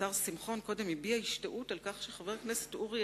השר שמחון קודם הביע השתאות על כך שחבר הכנסת אורי